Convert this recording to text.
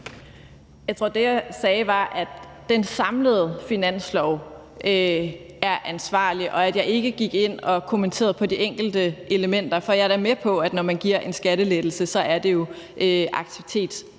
Jeg tror, det, jeg sagde, var, at den samlede finanslov er ansvarlig, og at jeg ikke gik ind og kommenterede på de enkelte elementer. For jeg er da med på, at når man giver en skattelettelse, er det jo aktivitetsdrivende.